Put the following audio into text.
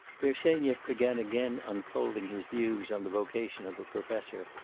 bersenyev began again unfolding his views on the vocation of a professor,